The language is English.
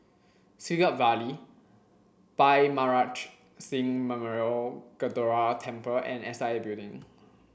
Siglap Valley Bhai Maharaj Singh Memorial Gurdwara Temple and S I A Building